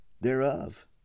thereof